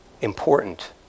important